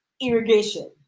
irrigation